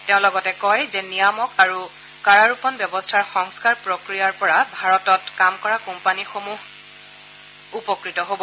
তেওঁ লগতে কয় যে নিয়ামক আৰু কৰাৰোপণ ব্যৱস্থাৰ সংস্থাৰ প্ৰক্ৰিয়াৰ পৰা ভাৰতত কাম কৰা কোম্পানীসমূহ উপকৃত হ'ব